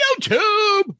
YouTube